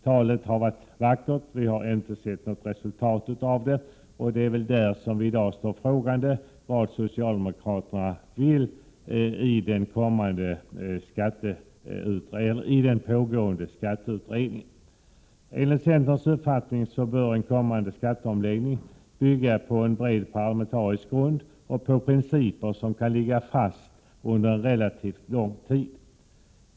Det har varit vackert tal men vi har inte sett något resultat av det, och vi står i dag frågande till vad socialdemokraterna vill i den pågående skatteutredningen. Enligt centerns uppfattning bör en kommande skatteomläggning bygga på en bred parlamentarisk grund och på principer som kan ligga fast under en relativt lång tid.